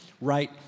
right